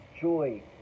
joy